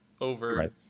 over